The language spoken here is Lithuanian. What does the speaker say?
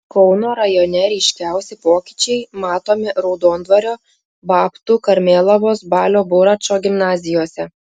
kauno rajone ryškiausi pokyčiai matomi raudondvario babtų karmėlavos balio buračo gimnazijose